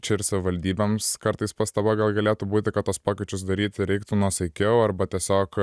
čia ir savivaldybėms kartais pastaba gal galėtų būti kad tuos pokyčius daryti reiktų nuosaikiau arba tiesiog